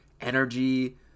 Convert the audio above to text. energy